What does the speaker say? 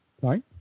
Sorry